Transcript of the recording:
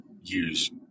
use